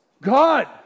God